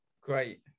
Great